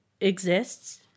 exists